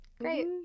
great